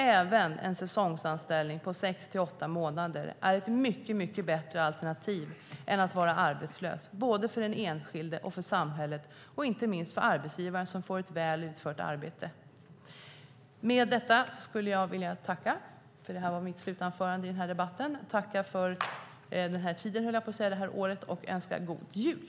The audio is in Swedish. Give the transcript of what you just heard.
Även en säsongsanställning på sex-åtta månader är ett mycket bättre alternativ än att vara arbetslös, både för den enskilde och för samhället och inte minst för arbetsgivaren som får ett väl utfört arbete. Med detta skulle jag vilja tacka för det här året - det här var mitt slutanförande i den här debatten - och önska god jul.